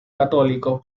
católico